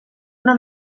una